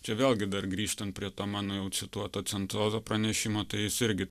čia vėlgi dar grįžtant prie to mano jau cituoto centrozo pranešimo tai jis irgi